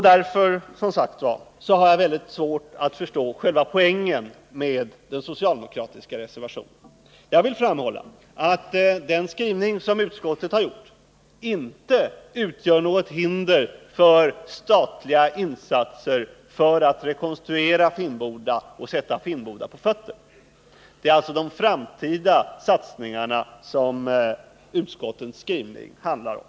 Därför, som jag redan har sagt, har jag väldigt svårt att förstå själva poängen med den socialdemokratiska reservationen. Jag vill framhålla att utskottets skrivning inte utgör något hinder för statliga insatser i syfte att rekonstruera Finnboda och få varvet på fötter. Det är alltså de framtida satsningarna som utskottets skrivning handlar om.